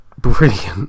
Brilliant